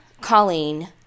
colleen